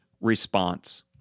response